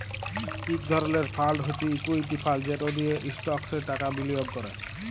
ইক ধরলের ফাল্ড হছে ইকুইটি ফাল্ড যেট দিঁয়ে ইস্টকসে টাকা বিলিয়গ ক্যরে